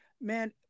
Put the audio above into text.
man